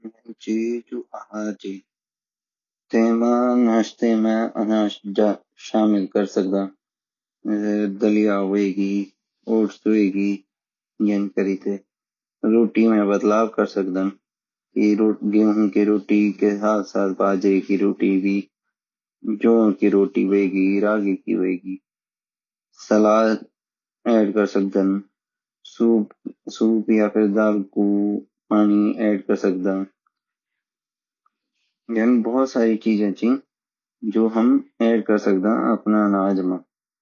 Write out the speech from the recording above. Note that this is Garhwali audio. यांची जो आहारची तेमा नाश्ते माँ अनाज शामिल क्र सकदा दलीय होगी ओट्स होगी यान करीते रोटी मई बद्लावव क्र सक्दैन गयहु की रोटी कई साथ साथ बाजरे की रोटी बी जों की रोतीहोगी रागी की होगयी सलाद ऐड क्र सकदा सूप या फिर दाल को पानी ऐड क्र सक्दैन यान भोत साडी चीज़े ची जो हम ऐड क्र सकदा अपना अनाज मा